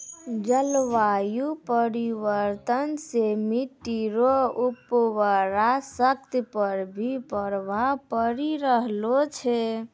जलवायु परिवर्तन से मट्टी रो उर्वरा शक्ति पर भी प्रभाव पड़ी रहलो छै